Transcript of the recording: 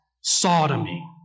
sodomy